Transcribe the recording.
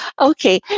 Okay